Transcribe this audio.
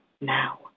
now